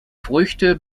früchte